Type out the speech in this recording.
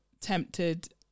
tempted